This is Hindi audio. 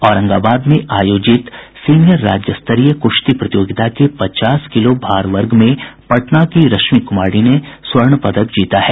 औरंगाबाद में आयोजित सीनियर राज्य स्तरीय कृश्ती प्रतियोगिता के पचास किलो भार वर्ग में पटना की रश्मि कुमारी ने स्वर्ण पदक जीता है